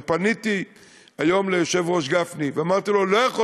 ופניתי היום ליושב-ראש גפני ואמרתי לו: לא יכול